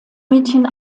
mädchen